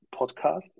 podcast